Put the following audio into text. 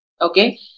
Okay